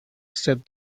said